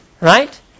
Right